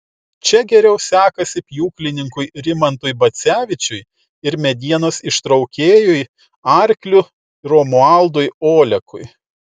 čia geriau sekasi pjūklininkui rimantui bacevičiui ir medienos ištraukėjui arkliu romualdui olekui